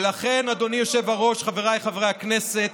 ולכן, אדוני היושב-ראש, חבריי חברי הכנסת,